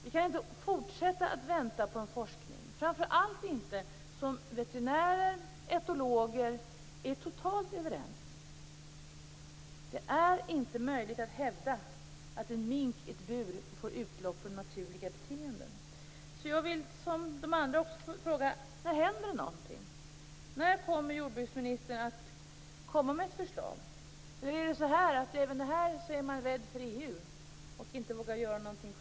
Vi kan inte fortsätta att vänta på forskningen, framför allt inte som veterinärer och etologer är totalt överens om att det inte är möjligt att hävda att en mink i bur får utlopp för naturliga beteenden. När händer det någonting? När kommer jordbruksministern att lägga fram förslag? Är man även här rädd för EU och vågar inte göra något?